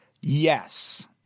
Yes